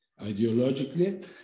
ideologically